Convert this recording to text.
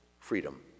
freedom